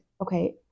okay